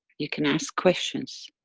you can ask questions,